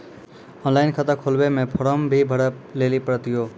Online खाता खोलवे मे फोर्म भी भरे लेली पड़त यो?